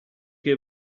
che